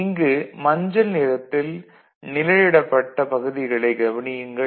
இங்கு மஞ்சள் நிறத்தில் நிழலிடப்பட்ட பகுதிகளைக் கவனியுங்கள்